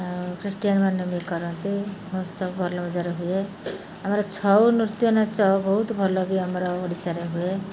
ଆଉ ଖ୍ରୀଷ୍ଟିୟାନ୍ ମାନେ ବି କରନ୍ତି ମହୋତ୍ସବ ଭଲ ମଜାରେ ହୁଏ ଆମର ଛଉ ନୃତ୍ୟ ନା ଛଉ ବହୁତ ଭଲ ବି ଆମର ଓଡ଼ିଶାରେ ହୁଏ